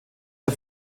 der